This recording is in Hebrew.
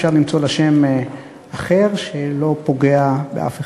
אפשר למצוא לה שם אחר, שלא פוגע באף אחד.